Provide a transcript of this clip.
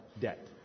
debt